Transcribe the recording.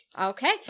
Okay